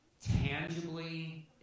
tangibly